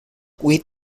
with